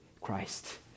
Christ